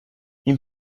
این